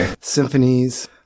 symphonies